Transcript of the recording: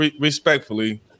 respectfully